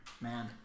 Man